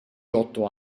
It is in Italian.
otto